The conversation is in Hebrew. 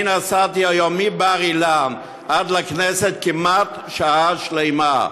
אני נסעתי היום מבר-אילן לכנסת כמעט שעה שלמה.